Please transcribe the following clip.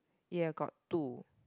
ya got two